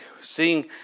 seeing